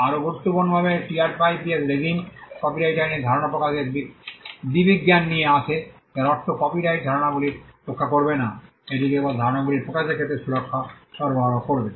আরও গুরুত্বপূর্ণভাবে TRIPS regime copyright আইনে ধারণা প্রকাশের দ্বিবিজ্ঞান নিয়ে আসে যার অর্থ কপিরাইট ধারণাগুলি রক্ষা করবে না এটি কেবল ধারণাগুলির প্রকাশের ক্ষেত্রে সুরক্ষা সরবরাহ করবে